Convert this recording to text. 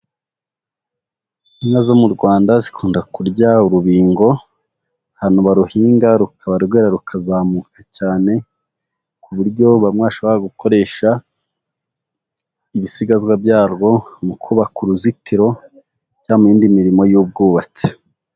Inka zo mu Rwanda zikunda kurya urubingo, ahantu baruhinga rukaba rwera rukazamuka cyane, ku buryo bamwe bashobora gukoresha ibisigazwa byarwo mu kubaka uruzitiro, cyangwa mu y'indi mirimo y'ubwubatsi.